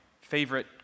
favorite